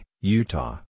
Utah